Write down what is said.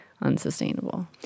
unsustainable